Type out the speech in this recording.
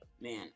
Man